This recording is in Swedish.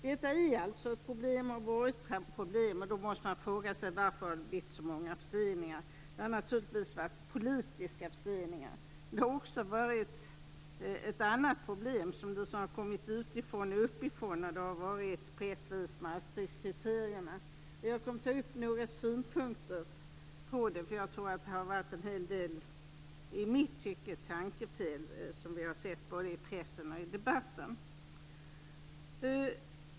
Detta är ett problem med alla förseningar. Man måste fråga sig varför det har blivit så många förseningar. Det har naturligtvis varit politiska förseningar. Det har också funnits ett annat problem som har kommit utifrån och uppifrån. Det är Maastrichtkriterierna. Jag kommer att ta upp några synpunkter på det. I mitt tycke har vi sett en hel del tankefel både i pressen och i debatten.